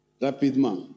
Rapidement